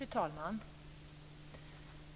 Fru talman!